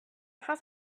have